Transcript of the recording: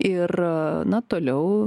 ir na toliau